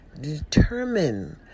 determine